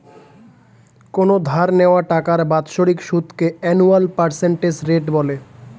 কোনো ধার নেওয়া টাকার বাৎসরিক সুদকে অ্যানুয়াল পার্সেন্টেজ রেট বলে